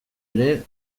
ere